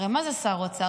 הרי מה זה שר אוצר?